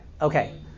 Okay